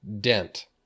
Dent